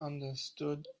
understood